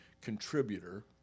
contributor